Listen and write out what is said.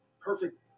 perfect